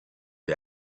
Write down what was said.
the